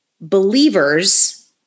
believers